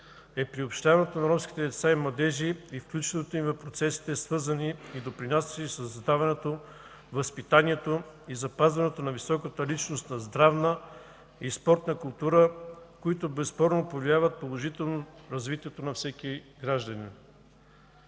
е приобщаването на ромските деца и младежи и включването им в процесите, свързани и допринасящи за създаването, възпитаването и запазването на висока личностна здравна и спортна култура, които безспорно повлияват положително развитието на всеки гражданин.